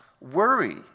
worry